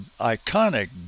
iconic